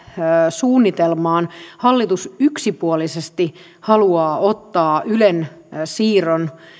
suunnitelmaan hallitus yksipuolisesti haluaa ottaa ylen siirron